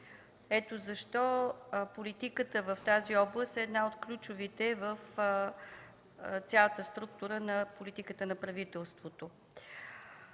Ето защо политиката в тази област е една от ключовите в цялата структура на политиката на правителството.